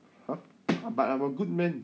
!huh! but I'm a good man